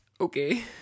Okay